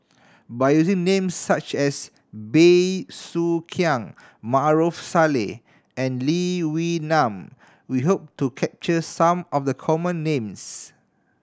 by using names such as Bey Soo Khiang Maarof Salleh and Lee Wee Nam we hope to capture some of the common names